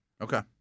Okay